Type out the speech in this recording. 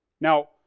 Now